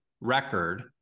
record